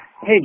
Hey